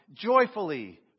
joyfully